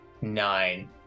nine